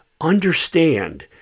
understand